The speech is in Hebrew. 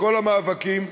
בכל המאבקים,